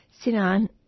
Sinan